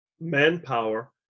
manpower